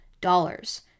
dollars